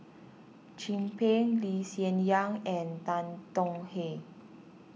Chin Peng Lee Hsien Yang and Tan Tong Hye